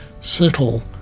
settle